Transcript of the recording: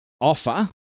offer